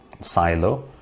silo